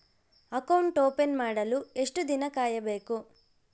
Account open ಮಾಡಲು ಎಷ್ಟು ದಿನ ಕಾಯಬೇಕು?